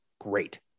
great